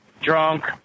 drunk